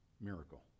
miracle